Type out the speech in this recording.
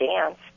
dance